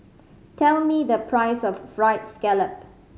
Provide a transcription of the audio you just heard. tell me the price of Fried Scallop